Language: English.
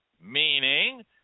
Meaning